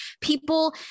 people